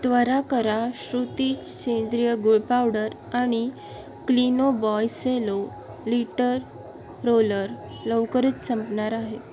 त्वरा करा श्रुती सेंद्रिय गूळ पावडर आणि क्लिनो बॉय सेलो लिटर रोलर लवकरच संपणार आहे